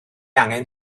angen